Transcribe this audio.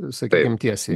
sakykim tiesiai